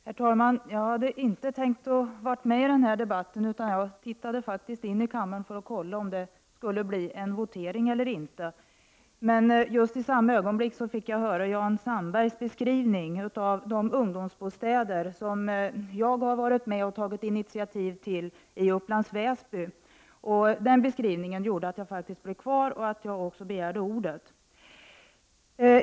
Herr talman! Jag hade inte tänkt delta i den här debatten, utan jag tittade faktiskt in i kammaren för att få veta om det skulle bli votering eller inte. Men just då fick jag höra Jan Sandbergs beskrivning av de ungdomsbostäder som jag har varit med om att ta initiativ till i Upplands Väsby. Jan Sandbergs beskrivning gjorde att jag blev kvar i kammaren och även begärde ordet.